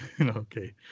Okay